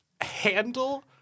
handle